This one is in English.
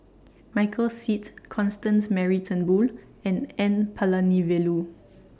Michael Seet Constance Mary Turnbull and N Palanivelu